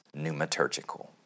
Pneumaturgical